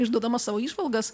išduodama savo įžvalgas